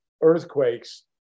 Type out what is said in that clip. earthquakes